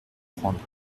prendre